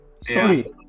Sorry